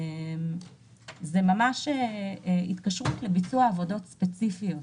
זה התקשרות לביצוע עבודות ספציפיות.